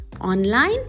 online